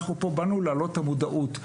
אנחנו פה באנו להעלות את המודעות.